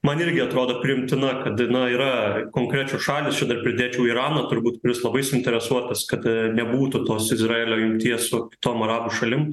man irgi atrodo priimtina kad na yra konkrečios šalys čia dar pridėčiau iraną turbūt kuris labai suinteresuotas kad nebūtų tos izraelio jungties su kitom arabų šalim